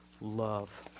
love